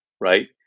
right